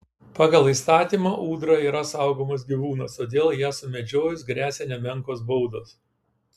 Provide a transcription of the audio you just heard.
pagal įstatymą ūdra yra saugomas gyvūnas todėl ją sumedžiojus gresia nemenkos baudos